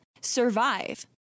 survive